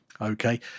Okay